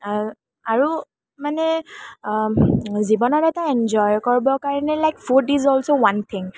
আৰু আৰু মানে জীৱনত এটা এন্জয় কৰিবৰ কাৰণে like food is also one thing